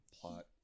Plot